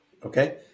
Okay